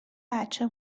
بچه